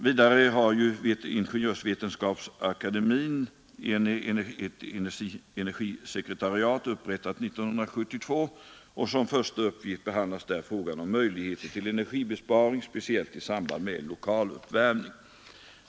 Vidare har Ingenjörsvetenskapsakademiens energisekretariat, upprättat år 1972, som första uppgift att behandla frågan om möjligheter till energibesparing, speciellt i samband med lokaluppvärmning.